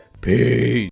Peace